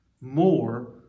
more